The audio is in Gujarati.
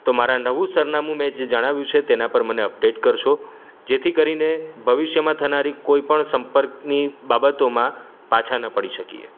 તો મારું નવું સરનામું મેં જે જણાવ્યું છે તેના પર મને અપડેટ કરશો જેથી કરીને ભવિષ્યમાં થનારી કોઈ પણ સંપર્કની બાબતોમાં પાછા ના પડી શકીએ